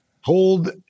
hold